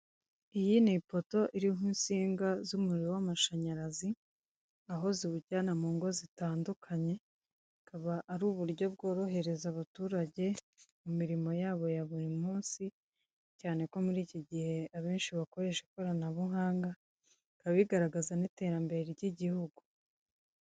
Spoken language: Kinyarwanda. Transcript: Iyi n'ipoto iriho insinga z'umuriro w'amashanyarazi aho ziwujyana mu ngo zitandukanye, akaba ari uburyo bworohereza abaturage mu mirimo yabo ya buri munsi cyane ko muri iki gihe abenshi bakoresha ikoranabuhanga, biba bigaragaza n'iterambere ry'igihugu.